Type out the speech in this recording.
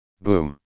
Boom